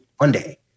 Monday